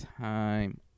time